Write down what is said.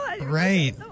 Right